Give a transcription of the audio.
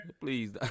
Please